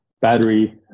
Battery